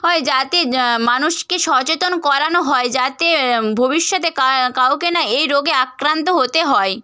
হয় যাতে মানুষকে সচেতন করানো হয় যাতে ভবিষ্যতে কা কাউকে না এই রোগে আক্রান্ত হতে হয়